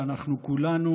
שאנחנו כולנו